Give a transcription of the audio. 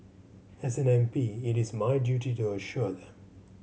as an M P it is my duty to assure them